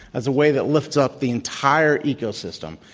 as a way that lifts up the entire ecosystem,